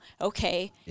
okay